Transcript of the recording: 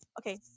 Okay